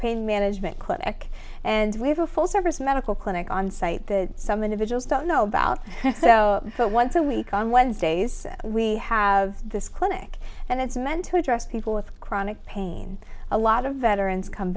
pain management clinic and we have a full service medical clinic on site that some individuals don't know about so so once a week on wednesdays we have this clinic and it's meant to address people with chronic pain a lot of veterans come